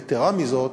יתרה מזאת,